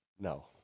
No